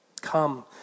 Come